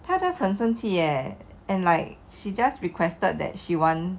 他就很生气 eh and like she just requested that she want